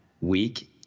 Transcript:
week